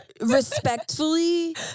Respectfully